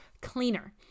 cleaner